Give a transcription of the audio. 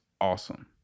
awesome